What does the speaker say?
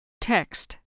text